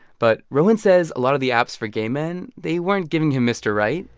but rohin says a lot of the apps for gay men, they weren't giving him mr. right,